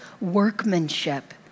workmanship